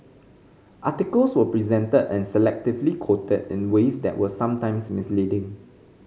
articles were presented and selectively quoted in ways that were sometimes misleading